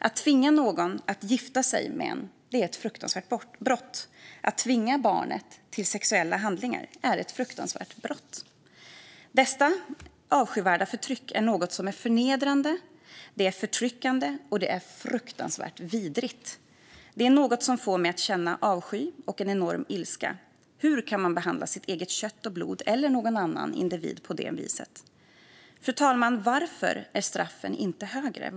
Att tvinga någon att gifta sig med en är ett fruktansvärt brott. Att tvinga barnet till sexuella handlingar är ett fruktansvärt brott. Detta avskyvärda förtryck är förnedrande, förtryckande och fruktansvärt vidrigt. Det är något som får mig att känna avsky och en enorm ilska. Hur man kan behandla sitt eget kött och blod, eller någon annan individ, på det viset? Fru talman! Varför är inte straffen högre?